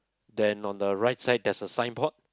then on the right side there's a signboard